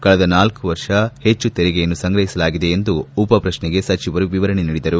ಕಳೆದ ನಾಲ್ಕು ವರ್ಷ ಹೆಚ್ಚು ತೆರಿಗೆಯನ್ನು ಸಂಗ್ರಹಿಸಲಾಗಿದೆ ಎಂದು ಉಪಪ್ರಶ್ನೆಗೆ ಸಚಿವರು ವಿವರಣೆ ನೀಡಿದರು